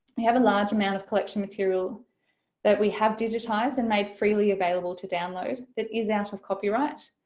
we have a large amount of collection material that we have digitized and made freely available to download that is out of copyright.